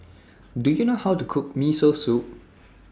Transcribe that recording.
Do YOU know How to Cook Miso Soup